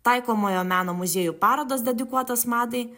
taikomojo meno muziejų parodas dedikuotas madai